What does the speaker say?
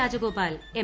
Rajagopal M